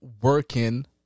working